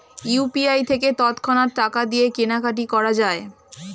UPI থেকে তৎক্ষণাৎ টাকা দিয়ে কেনাকাটি করা যায়